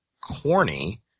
corny